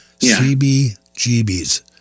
CBGBs